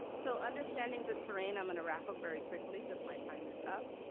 so, understanding the terrain. i'm gonna wrap up very quickly, because my time is up.